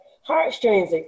heartstrings